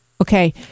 Okay